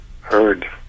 heard